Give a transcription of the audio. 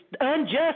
unjust